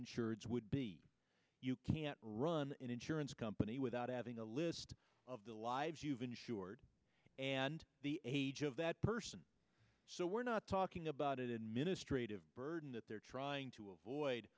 insurance would be you can't run an insurance company without having a list of the lives you've insured and the age of that person so we're not talking about administrate of burden that they're trying to avoid